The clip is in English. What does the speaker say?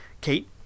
Kate